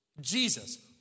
Jesus